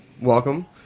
Welcome